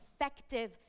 effective